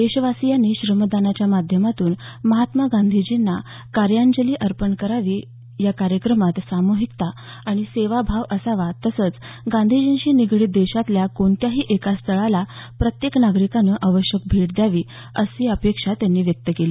देशवासीयांनी श्रमदानाच्या माध्यमातून महात्मा गांधींना कार्यांजली अर्पण करावी या कार्यक्रमांत साम्रहिकता आणि सेवाभाव असावा तसंच गांधीजींशी निगडीत देशातल्या कोणत्यातरी एका स्थळाला प्रत्येक नागरिकानं अवश्य भेट द्यावी अशा अपेक्षाही त्यांनी व्यक्त केल्या